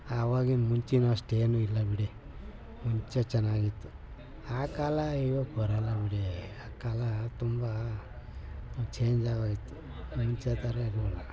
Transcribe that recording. ಆವಾಗಿನ ಮುಂಚಿನಷ್ಟೇನು ಇಲ್ಲ ಬಿಡಿ ಮುಂಚೆ ಚೆನ್ನಾಗಿತ್ತು ಆ ಕಾಲ ಇವಾಗ ಬರಲ್ಲ ಬಿಡಿ ಆ ಕಾಲ ತುಂಬ ಚೇಂಜ್ ಆಗೋಯಿತು ಮುಂಚೆ ಥರ ಏನು ಇಲ್ಲ